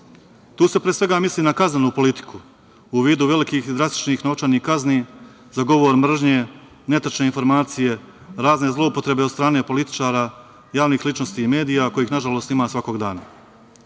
se pre svega misli na kaznenu politiku u vidu velikih i drastičnih novčanih kazni za govor mržnje, netačne informacije, razne zloupotrebe od strane političara, javnih ličnosti i medija kojih nažalost ima svakog